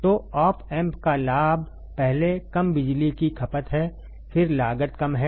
तो op amp का लाभ पहले कम बिजली की खपत है फिर लागत कम है